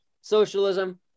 socialism